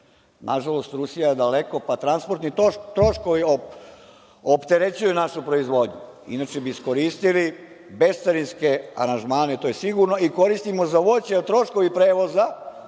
Nažalost, Rusija je daleko, pa transportni troškovi opterećuju našu proizvodnju, inače bi iskoristili bescarinske aranžmane, to je sigurno, i koristimo za voće, a troškovi prevoza